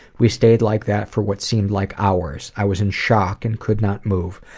we stayed like that for what seemed like hours. i was in shock and could not move.